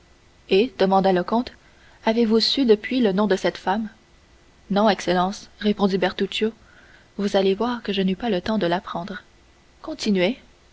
et demanda le comte avez-vous su depuis le nom de cette femme non excellence répondit bertuccio vous allez voir que je n'eus pas le temps de l'apprendre continuez